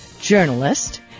journalist